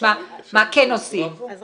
אני